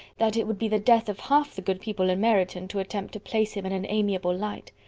that it would be the death of half the good people in meryton to attempt to place him in an amiable light.